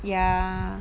yeah